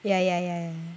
ya ya ya ya